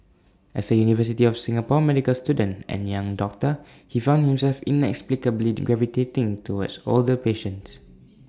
as A university of Singapore medical student and young doctor he found himself inexplicably gravitating towards older patients